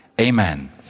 Amen